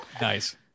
nice